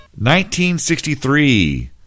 1963